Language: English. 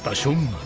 but shumbh,